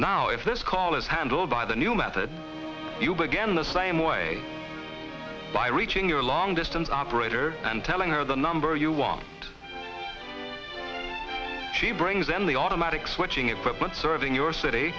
now if this call is handled by the new method you began the same way by reaching your long distance operator and telling her the number you want she brings in the automatic switching equipment serving your city